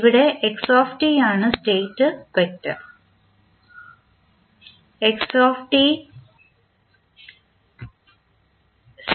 ഇവിടെ ആണ് state vector